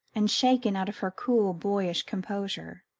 and shaken out of her cool boyish composure.